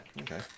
okay